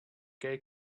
gay